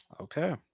Okay